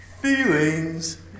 Feelings